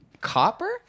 copper